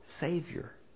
Savior